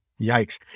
yikes